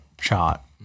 shot